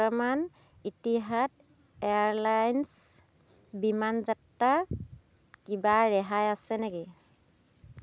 বৰ্তমান Etihad airlines বিমান যাত্ৰাত কিবা ৰেহাই আছে নেকি